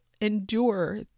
endure